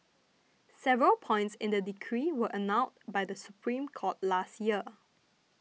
several points in the decree were annulled by the Supreme Court last year